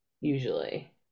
usually